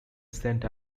saint